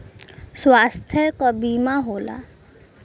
स्वास्थ्य क बीमा होला